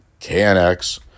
KNX